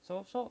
so so